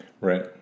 right